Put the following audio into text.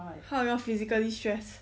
how you all physically stress